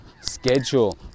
Schedule